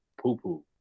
poo-poo